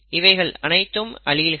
இவைகள் அனைத்தும் அலீல்கள்